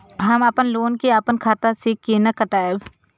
हम अपन लोन के अपन खाता से केना कटायब?